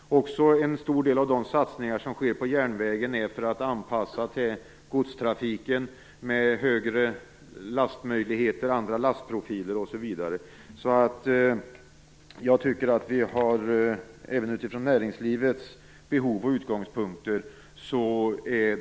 Också en stor del av satsningarna på järnvägen görs för att anpassa den till godstrafiken, med högre lastmöjligheter och andra lastprofiler. Jag tycker därför att propositionen är väl avvägd även utifrån näringslivets behov och utgångspunkter.